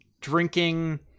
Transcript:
drinking